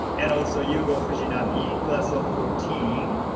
and also yugo fujinami, class of fourteen,